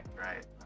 right